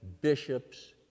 bishops